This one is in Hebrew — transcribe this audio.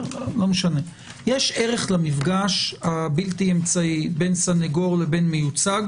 יש ערך למפגש הבלתי אמצעי בין סנגור לבין מיוצג